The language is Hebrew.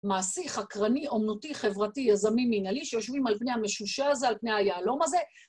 מעשי, חקרני, אומנותי, חברתי, יזמי, מינלי, שיושבים על פני המשושה הזה, על פני היהלום הזה.